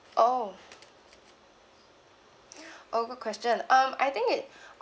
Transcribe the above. oh over question um I think it